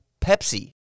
Pepsi